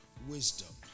wisdom